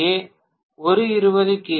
ஏ பேராசிரியர் ஒரு 20 கே